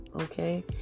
okay